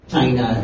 China